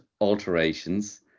alterations